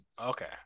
Okay